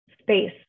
space